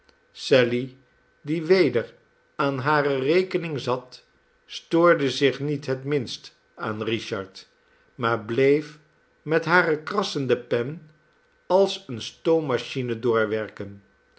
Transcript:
sally die weder aan hare rekening zat stoorde zich niet het minst aan richard maar bleef met hare krassende pen als eene stoommachine doorwerken